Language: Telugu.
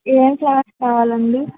ఏం ఫ్లవర్స్ కావాలండి